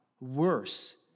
worse